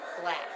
black